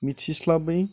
मिथिस्लाबै